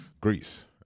Greece